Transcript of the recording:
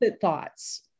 thoughts